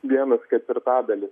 vienas ketvirtadalis